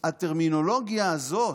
הטרמינולוגיה הזאת,